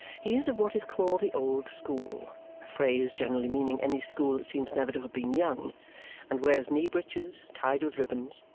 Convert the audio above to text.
he is of what is called the old school a phrase generally meaning any school that seems never to have been young and wears knee-breeches tied with ribbons,